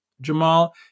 Jamal